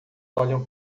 olham